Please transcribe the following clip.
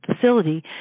facility